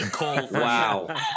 wow